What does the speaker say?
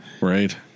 Right